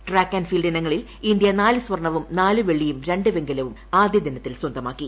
track and field ഇനങ്ങളിൽ India നാലു സ്വർണ്ണവും നാല് വെള്ളിയും രണ്ട് വെങ്കലവും ആദ്യ ദിനത്തിൽ സ്വന്തമാക്കി